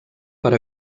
per